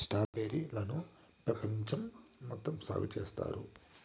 strawberry లను పెపంచం మొత్తం సాగు చేత్తారు